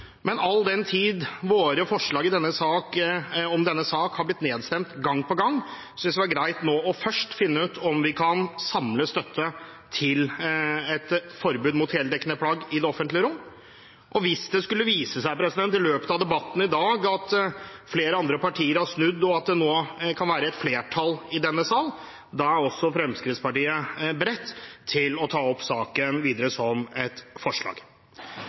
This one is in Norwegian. men all den tid våre forslag om denne saken har blitt nedstemt gang på gang, synes vi det var greit nå først å finne ut om vi kan samle støtte til et forbud mot heldekkende plagg i det offentlige rom. Hvis det skulle vise seg i løpet av debatten i dag at flere partier har snudd, og at det nå kan være et flertall i denne sal, er også Fremskrittspartiet beredt til å ta opp saken videre som et forslag.